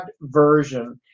version